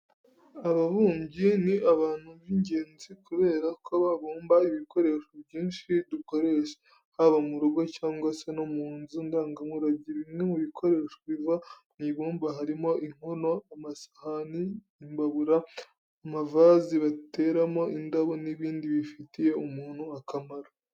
Ababumbyi ni abantu b'ingenzi kubera ko babumba ibikoresho byinshi dukoresha, haba mu rugo cyangwa se no mu nzu ndangamurage. Bimwe mu bikoresho biva mu ibumba harimo inkono, amasahani, imbabura, amavazi bateramo indabo n'ibindi bifitiye umuntu akamaro.